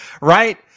Right